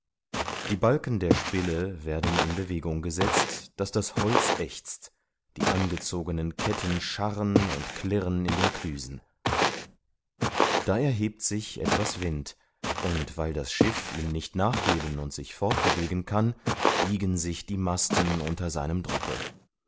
die balken der spille werden in bewegung gesetzt daß das holz ächzt die angezogenen ketten scharren und klirren in den klüsen da erhebt sich etwas wind und weil das schiff ihm nicht nachgeben und sich fortbewegen kann biegen sich die masten unter seinem drucke